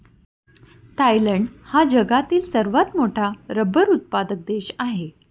Thailand हा जगातील सर्वात मोठा रबर उत्पादक देश आहे